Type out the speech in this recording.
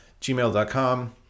gmail.com